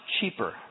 cheaper